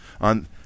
on